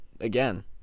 again